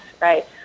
right